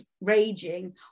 raging